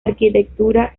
arquitectura